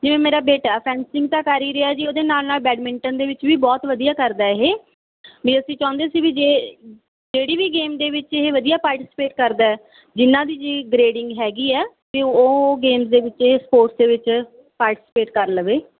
ਜਿਵੇਂ ਮੇਰਾ ਬੇਟਾ ਫੈਂਸਿੰਗ ਤਾਂ ਕਰ ਹੀ ਰਿਹਾ ਜੀ ਉਹਦੇ ਨਾਲ ਨਾਲ ਬੈਡਮਿੰਟਨ ਦੇ ਵਿੱਚ ਵੀ ਬਹੁਤ ਵਧੀਆ ਕਰਦਾ ਇਹ ਵੀ ਅਸੀਂ ਚਾਹੁੰਦੇ ਸੀ ਵੀ ਜੇ ਜਿਹੜੀ ਵੀ ਗੇਮ ਦੇ ਵਿੱਚ ਇਹ ਵਧੀਆ ਪਾਰਟੀਸਪੇਟ ਕਰਦਾ ਜਿਨ੍ਹਾਂ ਦੀ ਜੀ ਗਰੇਡਿੰਗ ਹੈਗੀ ਆ ਅਤੇ ਉਹ ਗੇਮਜ ਦੇ ਵਿੱਚ ਇਹ ਸਪੋਰਟਸ ਦੇ ਵਿੱਚ ਪਾਰਟੀਸਪੇਟ ਕਰ ਲਵੇ